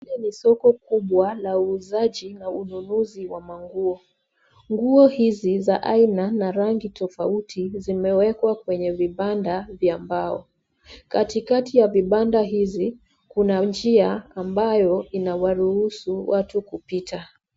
Hili ni soko kubwa la uuzaji na ununuzi wa manguo. Nguo hizi za aina na rangi tofauti zimewekwa kwenye vibanda vya mbao. Katikati ya vibanda hizi, kuna njia ambayo inawaruhusu watu kupita.